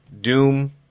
Doom